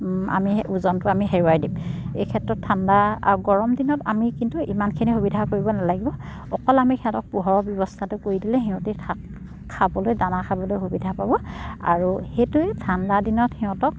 আমি সেই ওজনটো আমি হেৰুৱাই দিম এই ক্ষেত্ৰত ঠাণ্ডা আৰু গৰম দিনত আমি কিন্তু ইমানখিনি সুবিধা কৰিব নালাগিব অকল আমি সিহঁতক পোহৰৰ ব্যৱস্থাটো কৰি দিলে সিহঁতি খাবলৈ দানা খাবলৈ সুবিধা পাব আৰু সেইটোৱে ঠাণ্ডা দিনত সিহঁতক